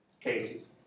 cases